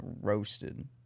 roasted